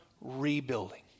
rebuilding